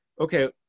okay